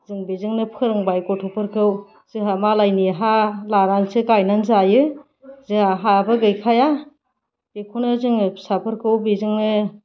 जों बेजोंनो फोरोंबाय गथ'फोरखौ जोंहा मालायनि हा लानानैसो गायनानै जायो जोंहा हाबो गैखाया बेखौनो जोङो फिसाफोरखौ बेजोंनो